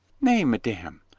nay, madame,